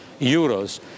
euros